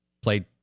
played